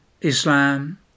Islam